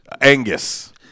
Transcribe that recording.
Angus